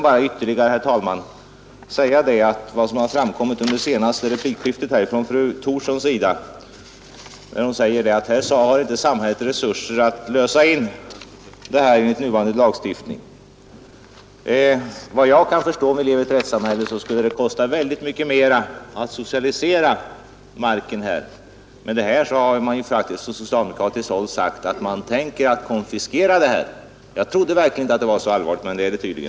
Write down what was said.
Fru Thorsson sade i sin senaste replik att samhället inte har resurser att lösa in naturtillgångarna enligt nuvarande lagstiftning. Vad jag kan förstå skulle det kosta mycket mera att socialisera marken. Med detta förslag har man faktiskt från socialdemokratiskt håll sagt att man tänker konfiskera naturtillgångarna. Jag trodde verkligen inte att det var så allvarligt, men det är det tydligen.